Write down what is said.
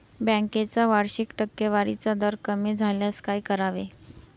बँकेचा वार्षिक टक्केवारीचा दर कमी झाल्यास काय करावे?